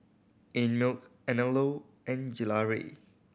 Einmilk Anello and Gelare